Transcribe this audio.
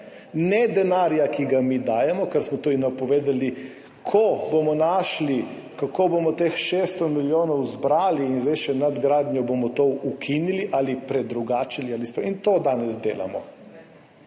Ne denarja, ki ga mi dajemo, za kar smo tudi napovedali, da ko bomo našli, kako bomo teh 600 milijonov zbrali, in zdaj še nadgradnjo, bomo to ukinili ali predrugačili ali spremenili. In to danes delamo.